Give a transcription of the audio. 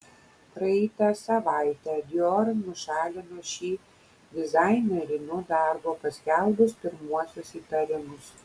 praeitą savaitę dior nušalino šį dizainerį nuo darbo paskelbus pirmuosius įtarimus